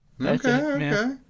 okay